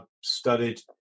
studied